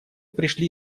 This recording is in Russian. пришли